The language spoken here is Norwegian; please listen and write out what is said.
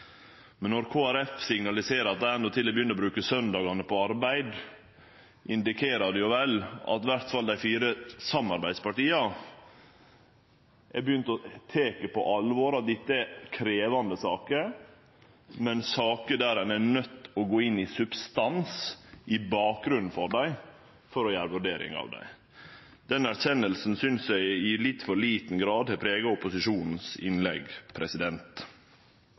Men når Kristeleg Folkeparti signaliserer at dei no tydelegvis begynner å bruke søndagane til arbeid, indikerer det vel at iallfall dei fire samarbeidspartia tek på alvor at dette er krevjande saker, men saker ein er nøydd til å gå inn i substansen av bakgrunnen for, for å gjere vurderingar av dei. Den erkjenninga synest eg i litt for liten grad har prega